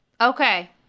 Okay